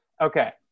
Okay